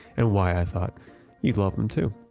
and why i thought you'd love them, too.